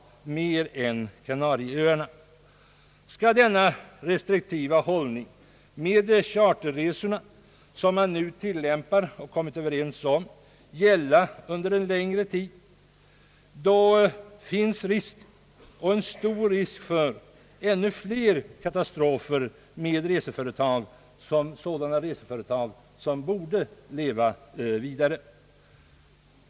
Skall denna restriktiva hållning mot charterresorna, som man nu tillämpar och kommit överens om, gälla en längre tid, då finns en stor risk för ännu flera katastrofer med reseföretag än som har förekommit, även risk för sådana företag som borde leva vidare.